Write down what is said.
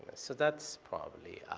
so that's probably.